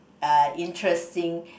uh interesting